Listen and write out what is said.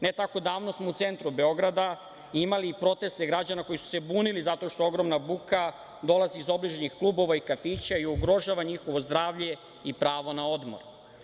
Ne tako davno smo u centru Beograda imali proteste građana koji su se bunili zato što ogromna buka dolazi iz obližnjih klubova i kafića i ugrožava njihovo zdravlje i pravo na odmor.